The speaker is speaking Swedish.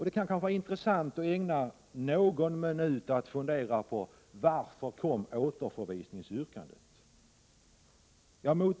Det kan kanske vara intressant att ägna någon minut åt att fundera över varför återförvisningsyrkandet kom.